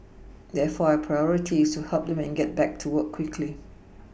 therefore our Priority is to help them get back to work quickly